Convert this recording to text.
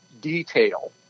detail